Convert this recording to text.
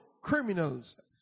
criminals